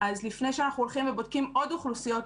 אז לפני שאנחנו הולכים ובודקים עוד אוכלוסיות,